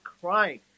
crying